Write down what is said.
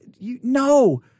No